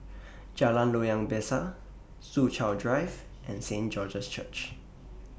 Jalan Loyang Besar Soo Chow Drive and Saint George's Church